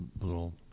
little